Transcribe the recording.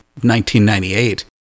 1998